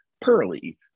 pearly